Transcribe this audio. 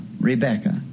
Rebecca